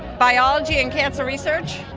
biology and cancer research.